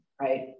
right